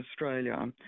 Australia